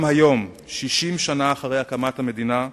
גם היום, 60 שנה לאחר הקמת המדינה,